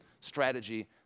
strategy